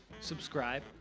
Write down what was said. subscribe